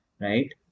right